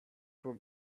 from